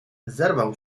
zerwał